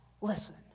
listen